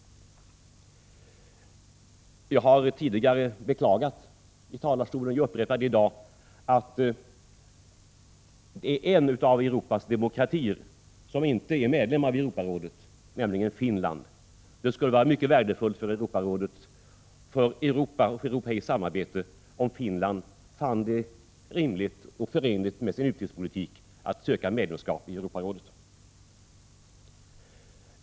Jag har tidigare beklagat, och jag upprepar det i dag, att en av Europas demokratier inte är medlem i Europarådet, nämligen Finland. Det skulle vara värdefullt för Europa och europeiskt samarbete om Finland fann det rimligt och förenligt med sin utrikespolitik att söka medlemskap i Europarådet.